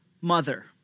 mother